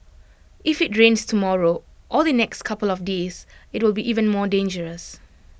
if IT rains tomorrow or the next couple of days IT will be even more dangerous